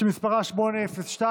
שמספרה פ/802.